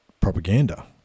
propaganda